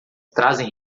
trazem